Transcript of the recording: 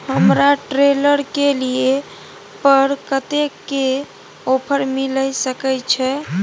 हमरा ट्रेलर के लिए पर कतेक के ऑफर मिलय सके छै?